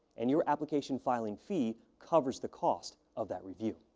and your application filing fee covers the cost of that review.